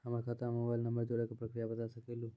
हमर खाता हम्मे मोबाइल नंबर जोड़े के प्रक्रिया बता सकें लू?